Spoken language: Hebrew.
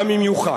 גם אם יוחק.